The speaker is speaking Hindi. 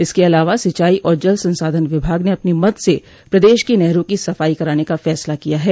इसके अलावा सिंचाई और जल संसाधन विभाग ने अपनी मद से प्रदेश की नहरों की सफाई कराने का फैसला किया है